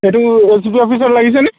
সেইটো A P D C L অফিচত লাগিছেনে